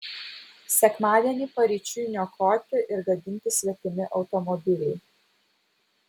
sekmadienį paryčiui niokoti ir gadinti svetimi automobiliai